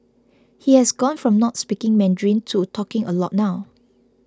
he has gone from not speaking Mandarin to talking a lot now